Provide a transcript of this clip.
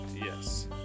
Yes